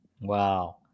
wow